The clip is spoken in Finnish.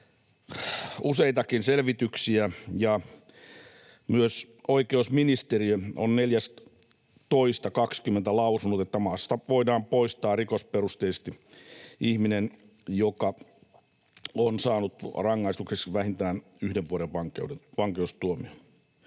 useitakin selvityksiä, ja myös oikeusministeriö on 4.2.2020 lausunut, että maasta voidaan poistaa rikosperusteisesti ihminen, joka on saanut rangaistukseksi vähintään yhden vuoden vankeustuomion.